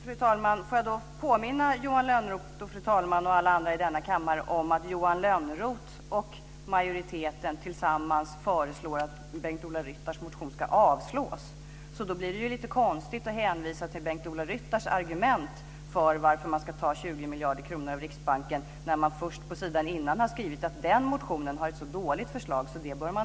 Fru talman! Får jag då påminna Johan Lönnroth, fru talman och alla andra i denna kammare om att Johan Lönnroth och majoriteten tillsammans föreslår att Bengt-Ola Ryttars motion ska avslås. Det blir lite konstigt att hänvisa till Bengt-Ola Ryttars argument för varför man ska ta 20 miljarder kronor av riksbanken när man på sidan innan har skrivit att den motionen har ett så dåligt förslag att den bör avslås.